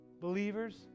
believers